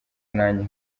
nanjye